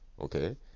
Okay